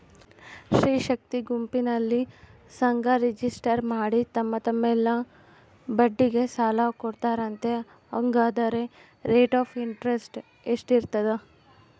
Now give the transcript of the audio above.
ಸ್ತ್ರೇ ಶಕ್ತಿ ಗುಂಪಿನಲ್ಲಿ ಸಂಘ ರಿಜಿಸ್ಟರ್ ಮಾಡಿ ತಮ್ಮ ತಮ್ಮಲ್ಲೇ ಬಡ್ಡಿಗೆ ಸಾಲ ಕೊಡ್ತಾರಂತೆ, ಹಂಗಾದರೆ ರೇಟ್ ಆಫ್ ಇಂಟರೆಸ್ಟ್ ಎಷ್ಟಿರ್ತದ?